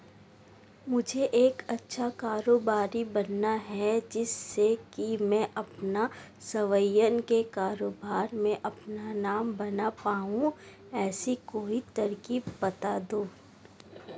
मुझे एक अच्छा कारोबारी बनना है जिससे कि मैं अपना स्वयं के कारोबार में अपना नाम बना पाऊं ऐसी कोई तरकीब पता दो?